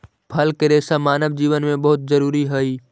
फल के रेसा मानव जीवन में बहुत जरूरी हई